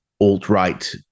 alt-right